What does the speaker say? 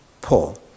Paul